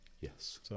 Yes